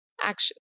action